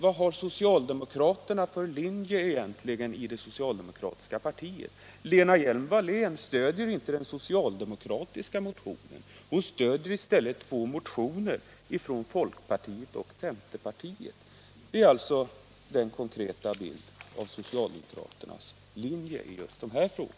Vilken linje intar här det socialdemokratiska partiet? Lena Hjelm-Wallén stöder inte den socialdemokratiska motionen — hon stöder i stället folkpartiets och centerpartiets motioner. Det är den konkreta bild man får av socialdemokraternas linje i den här frågan.